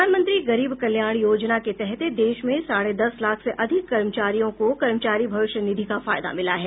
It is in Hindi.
प्रधानमंत्री गरीब कल्याण योजना के तहत देश में साढे दस लाख से अधिक कर्मचारियों को कर्मचारी भविष्य निधि का फायदा मिला है